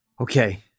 Okay